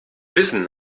wissen